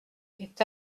est